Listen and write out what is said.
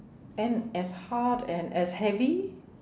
and as hard and as heavy